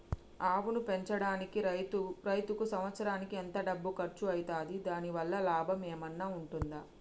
ఆవును పెంచడానికి రైతుకు సంవత్సరానికి ఎంత డబ్బు ఖర్చు అయితది? దాని వల్ల లాభం ఏమన్నా ఉంటుందా?